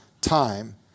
time